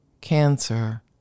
Cancer